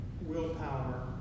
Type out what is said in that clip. willpower